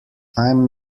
i’m